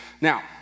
Now